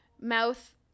mouth